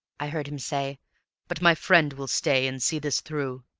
i heard him say but my friend will stay and see this through,